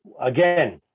Again